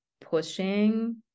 pushing